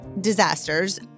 disasters